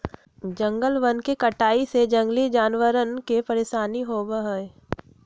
जंगलवन के कटाई से जंगली जानवरवन के परेशानी होबा हई